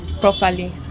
properly